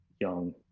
young